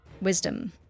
Wisdom